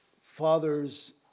fathers